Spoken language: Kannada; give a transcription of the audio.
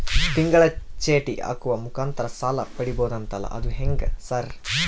ತಿಂಗಳ ಚೇಟಿ ಹಾಕುವ ಮುಖಾಂತರ ಸಾಲ ಪಡಿಬಹುದಂತಲ ಅದು ಹೆಂಗ ಸರ್?